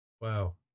Wow